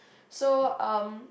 so um